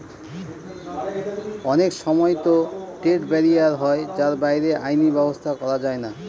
অনেক সময়তো trade barrier হয় যার বাইরে আইনি ব্যাবস্থা করা যায়না